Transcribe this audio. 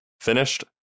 finished